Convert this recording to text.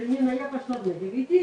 זה רק שנוכל להינשא ביחד,